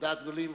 לדעת גדולים,